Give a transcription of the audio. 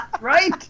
Right